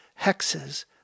hexes